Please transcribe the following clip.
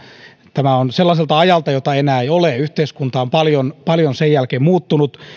tämä on sellaiselta ajalta jota ei enää ole kun yhteiskunta on paljon paljon sen jälkeen muuttunut